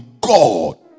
God